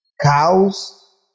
Cows